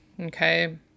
Okay